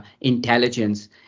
intelligence